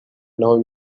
now